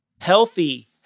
healthy